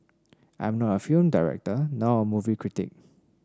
I am not a film director nor a movie critic